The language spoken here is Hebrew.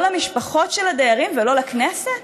לא למשפחות של הדיירים ולא לכנסת?